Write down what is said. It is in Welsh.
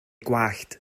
gwallt